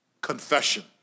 Confession